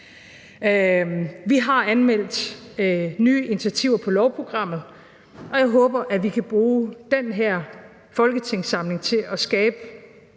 Vi har anmeldt nye initiativer på lovprogrammet, og jeg håber, at vi kan bruge den her folketingssamling til at skabe